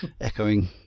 Echoing